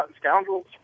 Scoundrels